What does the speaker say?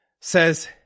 says